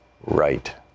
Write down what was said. Right